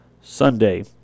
Sunday